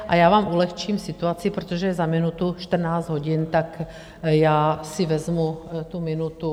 A já vám ulehčím situaci, protože je za minutu 14 hodin, tak já si vezmu tu minutu...